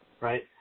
Right